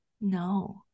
No